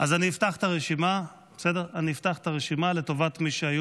אז אני אפתח את הרשימה לטובת מי שהיה